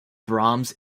brahms